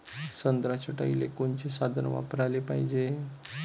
संत्रा छटाईले कोनचे साधन वापराले पाहिजे?